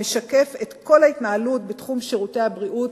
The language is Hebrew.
המשקף את כל ההתנהלות בתחום שירותי הבריאות